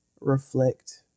reflect